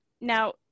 Now